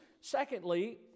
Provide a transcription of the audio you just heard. secondly